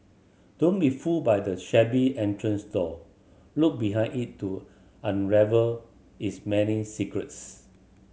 don't be fooled by the shabby entrance door look behind it to unravel its many secrets